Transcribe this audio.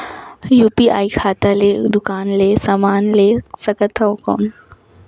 UPI खाता ले दुकान ले समान ले सकथन कौन?